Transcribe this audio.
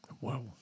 Wow